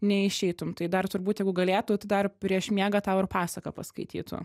neišeitum tai dar turbūt jeigu galėtų tai dar prieš miegą tau ir pasaką paskaitytų